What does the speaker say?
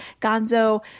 Gonzo